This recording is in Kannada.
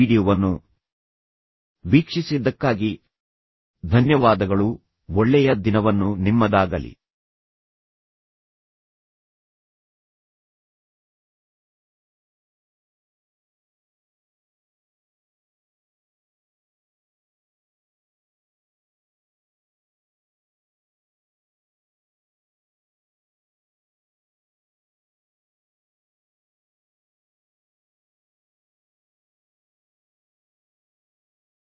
ಈ ವೀಡಿಯೊವನ್ನು ವೀಕ್ಷಿಸಿದ್ದಕ್ಕಾಗಿ ಧನ್ಯವಾದಗಳು ಒಳ್ಳೆಯ ದಿನವನ್ನು ಹೊಂದಿರಿ ಈ ದೇಹ ಭಾಷೆಯ ದೃಷ್ಟಿಕೋನದಿಂದ ಜನರನ್ನು ನೋಡಲು ಪ್ರಾರಂಭಿಸಿ ಇದು ನಿಮ್ಮ ಸಂವಹನ ಕೌಶಲ್ಯವನ್ನು ಹೆಚ್ಚಿಸುತ್ತದೆ